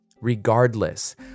Regardless